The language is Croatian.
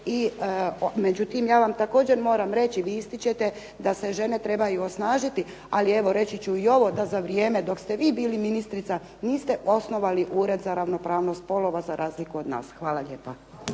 Međutim ja vam također moram reći vi ističete da se žene trebaju osnažiti, ali reći ću i ovo za vrijeme dok ste i vi bili ministrica niste osnovali ured za ravnopravnost spolova za razliku od nas. Hvala lijepo.